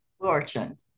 fortune